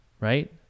right